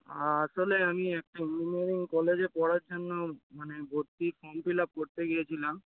আসলে আমি একটা ইঞ্জিনিয়ারিং কলেজে পড়ার জন্য মানে ভর্তি ফম ফিল আপ করতে গিয়েছিলাম